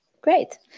Great